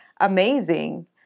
amazing